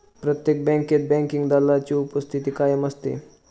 प्रत्येक बँकेत बँकिंग दलालाची उपस्थिती कायम असते